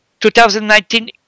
2019